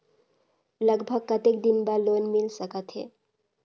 लगभग कतेक दिन बार लोन मिल सकत हे?